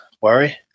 worry